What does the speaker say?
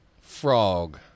frog